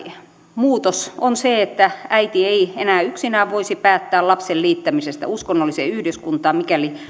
muutos on se että äiti ei enää yksinään voisi päättää lapsen liittämisestä uskonnolliseen yhdyskuntaan mikäli